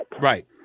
Right